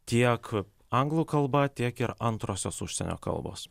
tiek anglų kalba tiek ir antrosios užsienio kalbos